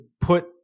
put